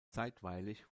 zeitweilig